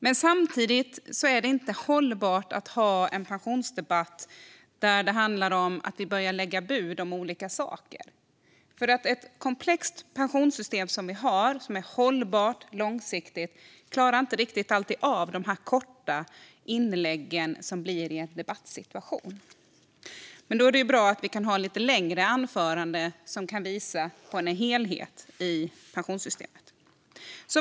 Men samtidigt är det inte hållbart att ha en pensionsdebatt där vi börjar lägga bud om olika saker. Ett komplext pensionssystem, som vi har, som är hållbart och långsiktigt passar inte alltid riktigt för sådana korta inlägg som det ofta blir i en debattsituation. Då är det bra att vi kan hålla lite längre anföranden för att visa på helheten i pensionssystemet.